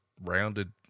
rounded